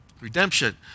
Redemption